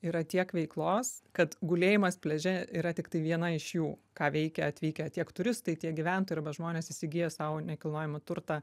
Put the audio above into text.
yra tiek veiklos kad gulėjimas pliaže yra tiktai viena iš jų ką veikia atvykę tiek turistai tiek gyventojai arba žmonės įsigiję sau nekilnojamą turtą